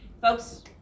folks